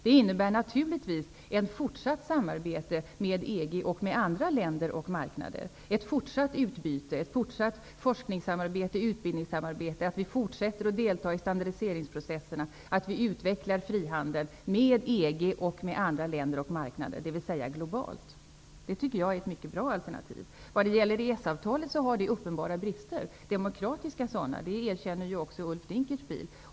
Det innebär naturligtvis ett fortsatt samarbete med EG och med andra länder och marknader. Ett fortsatt utbyte, ett fortsatt forskningssamarbete och utbildningssamarbete, att vi fortsätter att delta i standardiseringsprocesserna, att vi utvecklar frihandel med EG och med andra länder och marknader, dvs. globalt. Det tycker jag är ett mycket bra alternativ. EES-avtalet har uppenbara demokratiska brister. Det erkänner även Ulf Dinkelspiel.